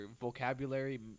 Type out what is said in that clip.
vocabulary